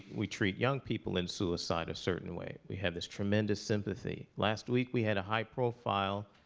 we treat young people in suicide a certain way. we have this tremendous sympathy. last week, we had a high-profile